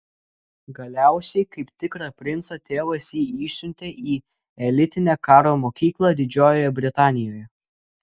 galiausiai kaip tikrą princą tėvas jį išsiuntė į elitinę karo mokyklą didžiojoje britanijoje